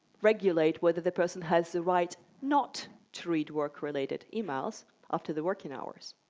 regulate whether the person has the right not to read work-related emails after the working hours.